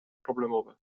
problemowe